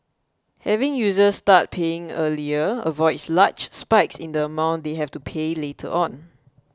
having users start paying earlier avoids large spikes in the amount they have to pay later on